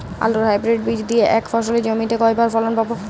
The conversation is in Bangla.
আলুর হাইব্রিড বীজ দিয়ে এক ফসলী জমিতে কয়বার ফলন পাব?